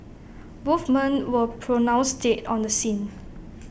both men were pronounced dead on the scene